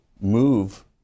move